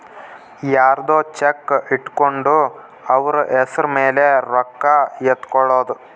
ಯರ್ದೊ ಚೆಕ್ ಇಟ್ಕೊಂಡು ಅವ್ರ ಹೆಸ್ರ್ ಮೇಲೆ ರೊಕ್ಕ ಎತ್ಕೊಳೋದು